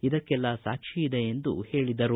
ಇದಕ್ಕೆಲ್ಲಾ ಸಾಕ್ಷಿಯಿದೆ ಎಂದು ಹೇಳಿದರು